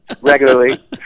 Regularly